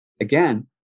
again